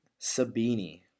Sabini